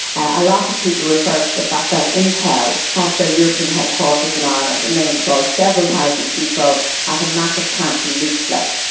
a lot of people refer to the fact that intel have their european headquarters in ireland, and they employ several thousand people at a massive plant in leixlip.